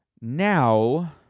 now